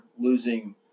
Losing